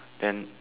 then